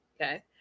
Okay